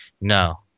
no